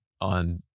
on